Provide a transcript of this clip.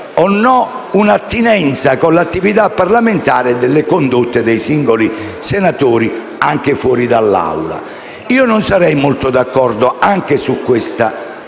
o no un'attinenza con l'attività parlamentare delle condotte dei singoli senatori anche fuori dall'Assemblea. Non sarei molto d'accordo neanche su questa